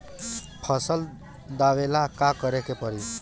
फसल दावेला का करे के परी?